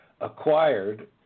acquired